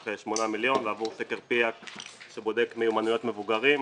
8 מיליון; ועבור סקר פיאא"ק שבודק מיומנויות מבוגרים,